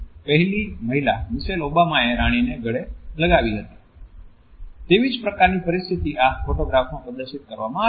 ની પહેલી મહિલા મિશેલ ઓબામા એ રાણીને ગળે લગાવી હતી તેવી જ પ્રકારની પરિસ્થિતિ આ ફોટોગ્રાફ માં પ્રદર્શિત કરવામાં આવી છે